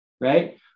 right